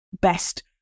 best